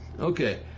Okay